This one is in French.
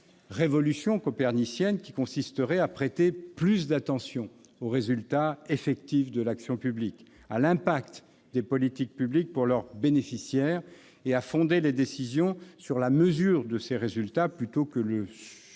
révolution copernicienne, qui consisterait à prêter plus d'attention aux résultats effectifs de l'action publique, à l'effet des politiques publiques pour leurs bénéficiaires, et à fonder les décisions sur la mesure de ces résultats plutôt que sur le